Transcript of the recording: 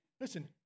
Listen